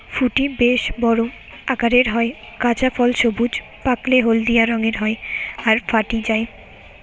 ফুটি বেশ বড় আকারের হয়, কাঁচা ফল সবুজ, পাকলে হলদিয়া রঙের হয় আর ফাটি যায়